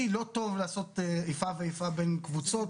לא טוב לעשות איפה ואיפה בין קבוצות,